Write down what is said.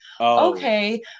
okay